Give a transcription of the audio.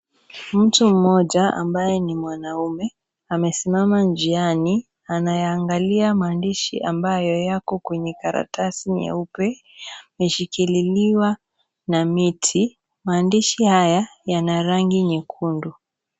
Mtu mmoja ambaye ni mwanaume amesimama njiani. Anayaangalia maandishi ambayo yako kwenye karatasi nyeupe, imeshikikiliwa na miti. Maandishi haya Yana rangi nyekundu.